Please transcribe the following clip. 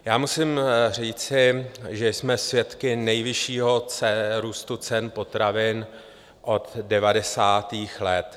Já musím říci, že jsme svědky nejvyššího růstu cen potravin od 90. let.